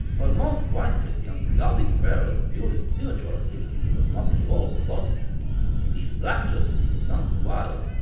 while most white christians regarded prayer as a purely spiritual activity that does not involve the body, in these black churches it was done through wild,